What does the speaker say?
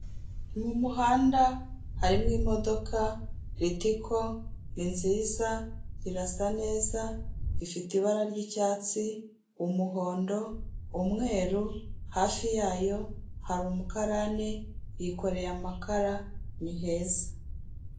Mu muhanda harimo imodoka ritico ni nziza, irasa neza, ifite ibara ry'icyatsi, umuhondo, umweru, hafi yayo hari umukarani yikoreye amakara, ni heza.